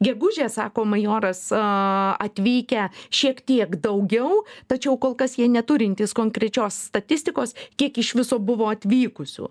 gegužę sako majoras aaa atvykę šiek tiek daugiau tačiau kol kas jie neturintys konkrečios statistikos kiek iš viso buvo atvykusių